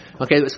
Okay